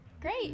great